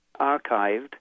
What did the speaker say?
archived